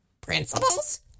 Principles